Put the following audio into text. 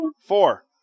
Four